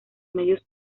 medios